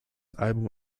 album